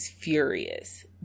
furious